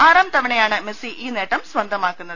ആറാം തവണയാണ് മെസ്സി ഈ നേട്ടം സ്വന്തമാ ക്കുന്നത്